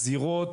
בנוגע לזירות,